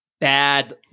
Bad